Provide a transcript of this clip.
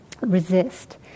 resist